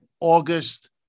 August